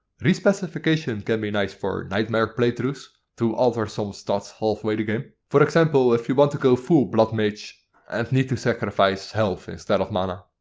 respecification can be nice for nightmare playthroughs to alter some stats halfway the game. for example if you want to go full blood mage and need to sacrifice health instead of mana.